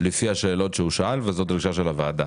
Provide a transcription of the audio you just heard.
לפי השאלות שהוא שאל, וזאת דרישה של הוועדה.